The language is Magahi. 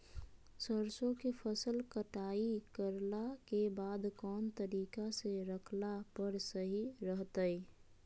सरसों के फसल कटाई करला के बाद कौन तरीका से रखला पर सही रहतय?